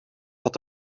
had